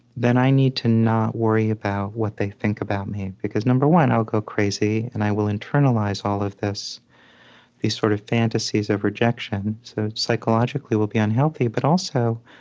then i need to not worry about what they think about me, because, number one, i'll go crazy and i will internalize all of these sort of fantasies of rejection, so psychologically will be unhealthy. but also,